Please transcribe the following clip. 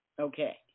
Okay